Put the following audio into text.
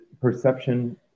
perception